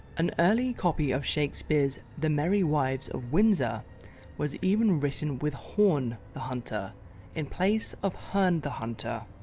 an early copy of shakespeare's the merry wives of windsor was even written with horne the hunter in place of herne the hunter.